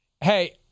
Hey